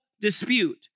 dispute